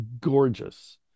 gorgeous